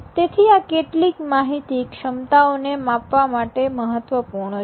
તેથી આ કેટલીક માહિતી ક્ષમતાઓને માપવા માટે મહત્વપૂર્ણ છે